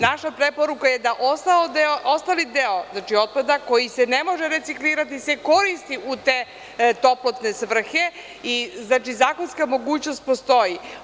Naša preporuka je da ostali deo otpada koji se ne može reciklirati se koristi u te toplotne svrhe i zakonska mogućnost postoji.